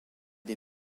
des